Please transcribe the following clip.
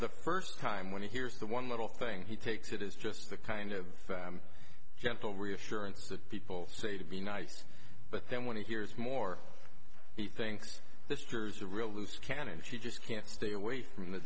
the first time when he hears the one little thing he takes it is just the kind of gentle reassurance that people say to be nice but then when he hears more he thinks this is the real loose cannon she just can't stay away from the